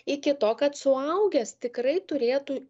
iki to kad suaugęs tikrai turėtų